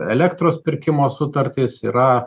elektros pirkimo sutartis yra